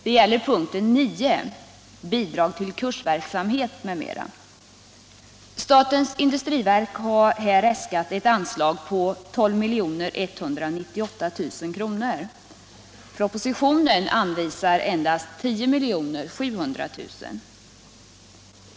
Det gäller punkten 9 Bidrag till kursverksamhet m.m. Statens industriverk har här äskat ett anslag på 12 198 000 kr., medan det i propositionen anvisas endast 10 700 000 kr.